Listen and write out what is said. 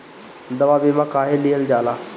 दवा बीमा काहे लियल जाला?